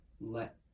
let